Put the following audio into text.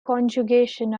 conjugation